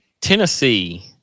Tennessee